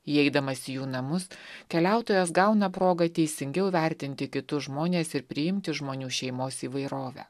įeidamas į jų namus keliautojas gauna progą teisingiau vertinti kitus žmones ir priimti žmonių šeimos įvairovę